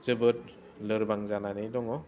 जोबोद लोरबां जानानै दङ